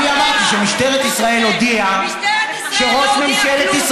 חבריי השרים, חברת הכנסת והשרה רגב והשר אריאל.